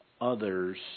others